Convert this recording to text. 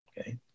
okay